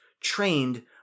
trained